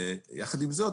יחד עם זאת,